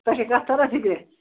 تۄہہِ چھا کَتھ تَران فِکری